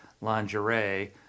lingerie